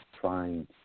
trying